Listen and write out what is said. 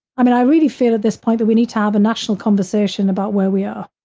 i mean, i really feel at this point that we need to have a national conversation about where we are.